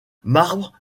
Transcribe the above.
marbre